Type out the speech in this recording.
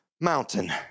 mountain